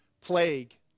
plague